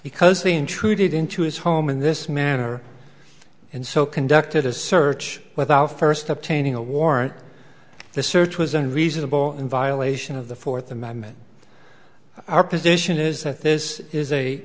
because we intruded into his home in this manner and so conducted a search without first obtaining a warrant the search was unreasonable in violation of the fourth amendment our position is that this is a